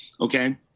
Okay